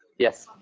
yes,